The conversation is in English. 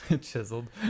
Chiseled